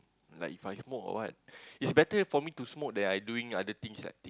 like If I smoke or what it's better for me to smoke than I doing other things like take